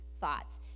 thoughts